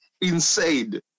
insane